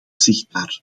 zichtbaar